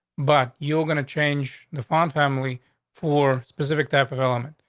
but you're going to change the font family for specific type of element.